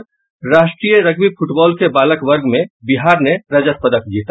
और राष्ट्रीय rugby football के बालक वर्ग में बिहार ने रजत पदक जीता